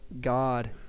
God